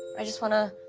i just wanna.